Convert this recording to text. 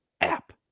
app